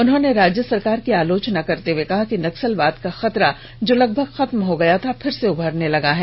उन्होंने राज्य सरकार की आलोचना करते हुए कहा कि नक्सलवाद का खतरा जो लगभग खत्म हो गया था फिर से उभरने लगा है